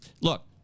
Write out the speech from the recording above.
Look